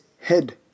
head